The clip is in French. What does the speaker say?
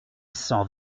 cent